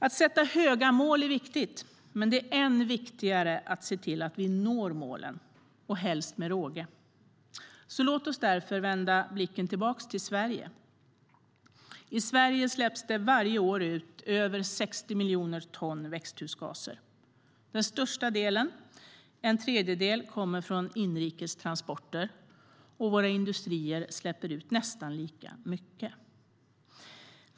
Att sätta höga mål är viktigt, men det är ännu viktigare att se till att vi når målen - och helst med råge. Låt oss därför vända blicken tillbaka till Sverige. I Sverige släpps varje år ut över 60 miljoner ton växthusgaser. Den största delen, en tredjedel, kommer från inrikes transporter. Våra industrier släpper ut nästan lika mycket.